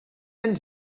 ens